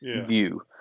view